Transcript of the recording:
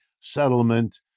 settlement